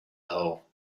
hole